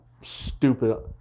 stupid